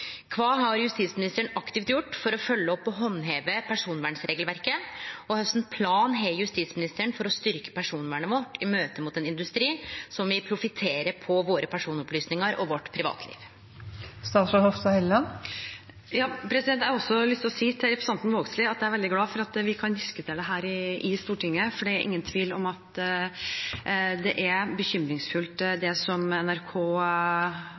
har statsråden aktivt gjort for å følgje opp og handheve personvernregelverket, og kva for plan har statsråden for å styrke personvernet vårt i møte med ein industri som vil profittere på våre personopplysningar og vårt privatliv?» Jeg har lyst til å si til representanten Lene Vågslid at jeg er veldig glad for at vi kan diskutere dette i Stortinget, for det er ingen tvil om at det som NRK avdekker, er bekymringsfullt.